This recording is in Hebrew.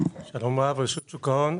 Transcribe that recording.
שלום רב, אני מרשות שוק ההון.